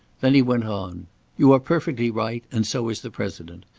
then he went on you are perfectly right, and so is the president.